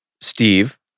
Steve